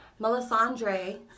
Melisandre